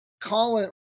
colin